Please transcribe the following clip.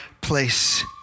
place